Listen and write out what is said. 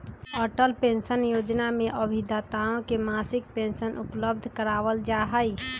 Atal pension Yojana में अभिदाताओं के मासिक पेंशन उपलब्ध करावल जाहई